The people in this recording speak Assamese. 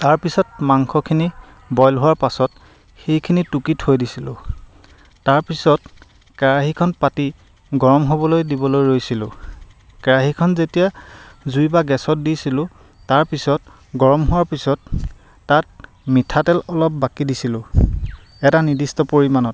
তাৰপিছত মাংসখিনি বইল হোৱাৰ পাছত সেইখিনি টুকি থৈ দিছিলোঁ তাৰপিছত কেৰাহীখন পাতি গৰম হ'বলৈ দিবলৈ ৰৈছিলোঁ কেৰাহীখন যেতিয়া জুই বা গেছত দিছিলোঁ তাৰপিছত গৰম হোৱাৰ পিছত তাত মিঠাতেল অলপ বাকি দিছিলোঁ এটা নিৰ্দিষ্ট পৰিমাণত